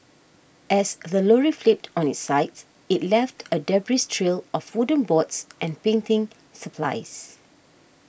as the lorry flipped on its side it left a debris trail of wooden boards and painting supplies